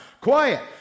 Quiet